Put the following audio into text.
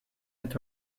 het